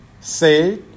say